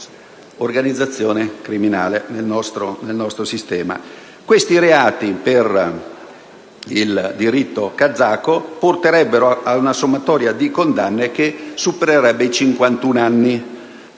Questi reati, per il diritto kazako, porterebbero ad una sommatoria di condanne che supererebbe i 51 anni,